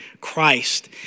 Christ